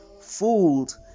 fooled